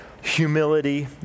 Humility